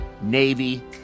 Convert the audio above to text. Navy